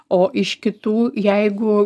o iš kitų jeigu